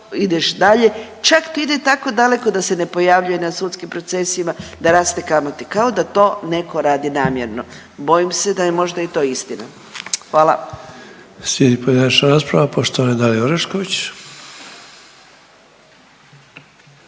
ideš dalje. Čak to ide tako daleko da se ne pojavljuje na sudskim procesima, da raste kamata. Kao da to netko radi namjerno. Bojim se da je možda i to istina. Hvala.